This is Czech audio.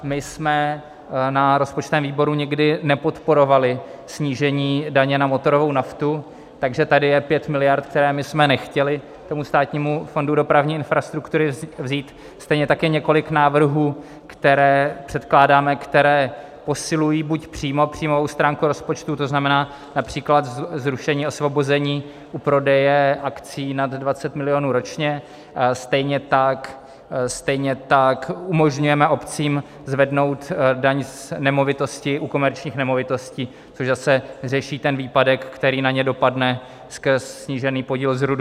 My jsme na rozpočtovém výboru nikdy nepodporovali snížení daně na motorovou naftu, takže tady je 5 miliard, které jsme nechtěli Státnímu fondu dopravní infrastruktury vzít, stejně tak je několik návrhů, které předkládáme a které posilují buď příjmovou stránku rozpočtu, to znamená například zrušení osvobození u prodeje akcií nad 20 milionů ročně, stejně, tak umožňujeme obcím zvednout daň z nemovitosti u komerčních nemovitostí, což zase řeší ten výpadek, který na ně dopadne skrz snížený podíl z RUD.